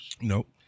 Nope